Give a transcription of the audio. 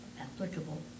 applicable